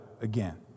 again